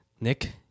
Nick